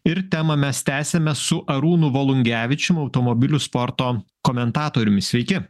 ir temą mes tęsiame su arūnu volungevičium automobilių sporto komentatorium sveiki